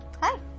hi